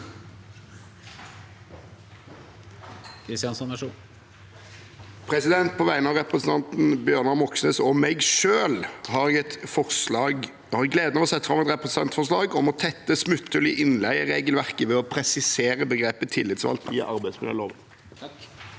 På vegne av re- presentanten Bjørnar Moxnes og meg selv har jeg gleden av å sette fram et representantforslag om å tette smutthull i innleieregelverket ved å presisere begrepet tillitsvalgt i arbeidsmiljøloven.